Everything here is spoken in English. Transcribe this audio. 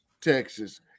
Texas